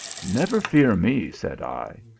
never fear me, said i,